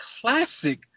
classic